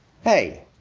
Hey